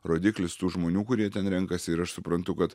rodiklis tų žmonių kurie ten renkasi ir aš suprantu kad